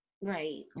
Right